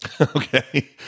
Okay